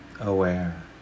aware